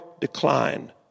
decline